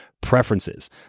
preferences